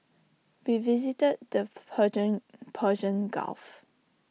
we visited the Persian Persian gulf